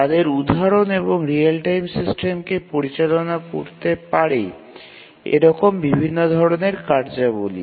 তাদের উদাহরণ এবং রিয়েল টাইম সিস্টেমকে পরিচালনা করতে পারে এরকম বিভিন্ন ধরণের কার্যাবলী